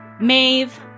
Maeve